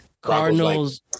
Cardinals